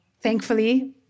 thankfully